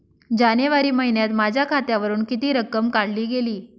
जानेवारी महिन्यात माझ्या खात्यावरुन किती रक्कम काढली गेली?